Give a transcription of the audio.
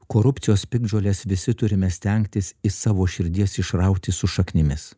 korupcijos piktžoles visi turime stengtis iš savo širdies išrauti su šaknimis